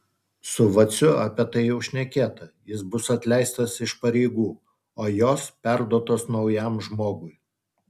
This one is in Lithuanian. su vaciu apie tai jau šnekėta jis bus atleistas iš pareigų o jos perduotos naujam žmogui